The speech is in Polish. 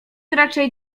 raczej